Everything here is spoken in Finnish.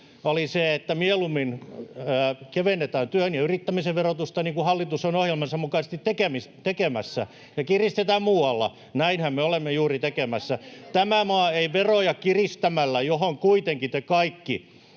itu, että mieluummin kevennetään työn ja yrittämisen verotusta, niin kuin hallitus on ohjelmansa mukaisesti tekemässä, ja kiristetään muualla. Näinhän me olemme juuri tekemässä. [Pia Viitasen välihuuto] Tämä maa veroja kiristämällä, mihin kuitenkin te kaikki